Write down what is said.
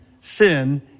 sin